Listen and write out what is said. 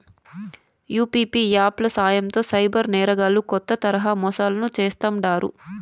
UPI app ల సాయంతో cyber నేరగాల్లు కొత్త తరహా మోసాలను చేస్తాండారు